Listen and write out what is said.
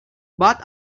but